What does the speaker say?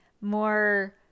More